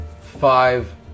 five